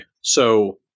So-